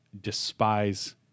despise